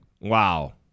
Wow